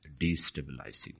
Destabilizing